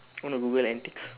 want to google antics